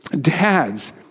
dads